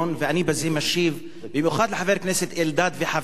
ואני בזה משיב במיוחד לחבר הכנסת אלדד וחבריו,